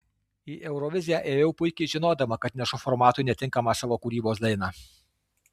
į euroviziją ėjau puikiai žinodama kad nešu formatui netinkamą savo kūrybos dainą